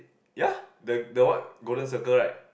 ya the the what Golden Circle right